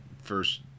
first